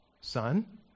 Son